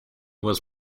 was